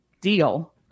deal